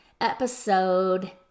episode